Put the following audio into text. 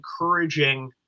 encouraging